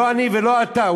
לא אני ולא אתה,